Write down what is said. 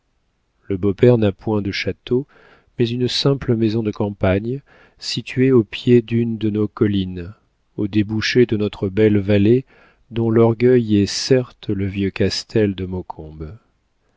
le beau-père n'a point de château mais une simple maison de campagne située au pied d'une de nos collines au débouché de notre belle vallée dont l'orgueil est certes le vieux castel de maucombe